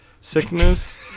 sickness